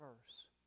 verse